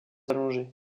allongée